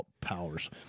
powers—